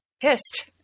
pissed